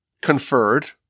conferred